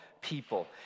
people